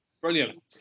Brilliant